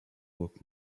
work